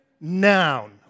noun